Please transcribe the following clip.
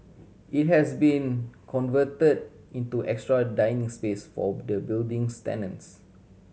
it has been converted into extra dining space by the building's tenants